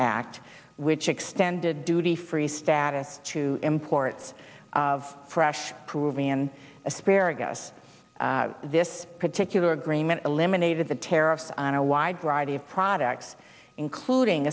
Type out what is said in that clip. act which extended duty free status to imports of fresh peruvian asparagus this particular agreement eliminated the tariffs on a wide variety of products including